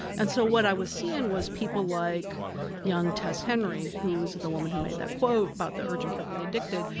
and so what i was seeing was people like young tess henry, who was the woman who made that quote about the urgent care for the addicted,